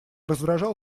раздражал